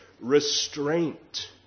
restraint